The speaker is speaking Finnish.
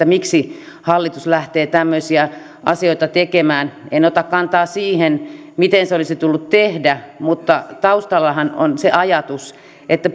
miksi hallitus lähtee tämmöisiä asioita tekemään en ota kantaa siihen miten se olisi tullut tehdä mutta taustallahan on se ajatus että